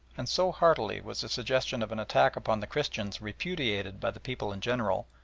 and so heartily was the suggestion of an attack upon the christians repudiated by the people in general,